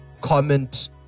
comment